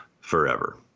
forever